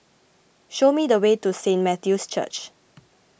show me the way to Saint Matthew's Church